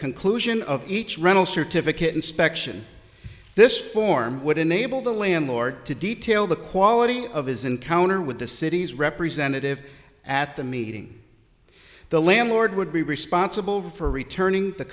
conclusion of each rental certificate inspection this form would enable the landlord to detail the quality of his encounter with the city's representative at the meeting the landlord would be responsible for returning the